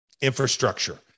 infrastructure